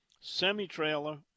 semi-trailer